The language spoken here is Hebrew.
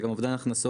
זה גם אובדן הכנסות.